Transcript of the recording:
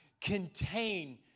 contain